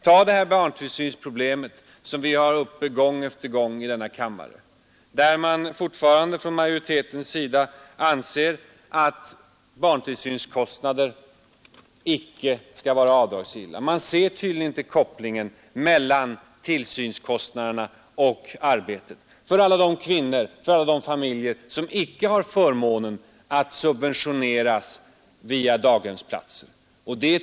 Ta detta med barntillsynsproblemet, som vi har haft uppe gång efter gång i denna kammare och där majoriteten fortfarande anser att barntillsynskostnader inte skall vara avdragsgilla. Man ser tydligen inte kopplingen mellan tillsynskostnaderna och arbetet för alla de kvinnor och familjer som inte har förmånen att subventioneras via daghemsplatser.